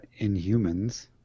Inhumans